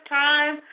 time